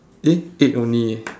eh eight only eh